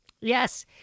Yes